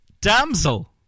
Damsel